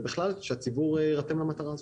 ובכלל שהציבור יירתם למטרה הזאת.